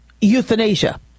euthanasia